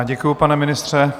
Děkuji, pane ministře.